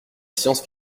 science